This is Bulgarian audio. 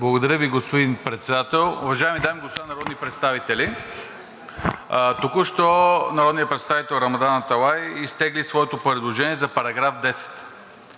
Благодаря Ви, господин Председател. Уважаеми дами и господа народни представители! Току-що народният представител Рамадан Аталай изтегли своето предложение за § 10.